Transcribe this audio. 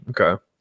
Okay